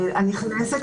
הנכנסת לישראל.